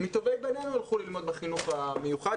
מטובי בנינו הלכו ללמוד בחינוך הטכנולוגי מקצועי.